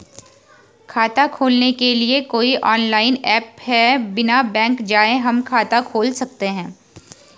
खाता खोलने के लिए कोई ऑनलाइन ऐप है बिना बैंक जाये हम खाता खोल सकते हैं?